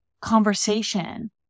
conversation